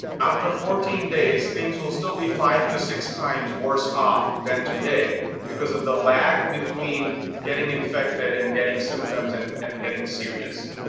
after fourteen days things will still be five to six times worse off than today because of the lag between getting infected and getting symptoms and um getting serious.